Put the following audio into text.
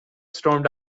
stormed